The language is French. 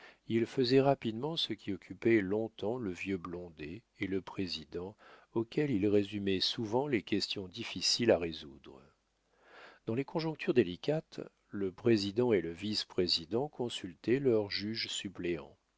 il faisait rapidement ce qui occupait long-temps le vieux blondet et le président auxquels il résumait souvent les questions difficiles à résoudre dans les conjonctures délicates le président et le vice-président consultaient leur juge-suppléant